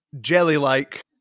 jelly-like